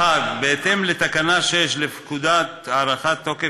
1. בהתאם לתקנה 6 לפקודת הארכת תוקף